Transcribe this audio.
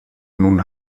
nun